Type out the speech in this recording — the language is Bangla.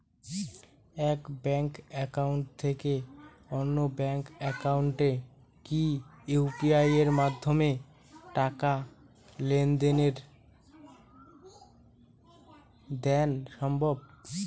এক ব্যাংক একাউন্ট থেকে অন্য ব্যাংক একাউন্টে কি ইউ.পি.আই মাধ্যমে টাকার লেনদেন দেন সম্ভব?